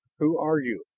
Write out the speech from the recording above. who are you?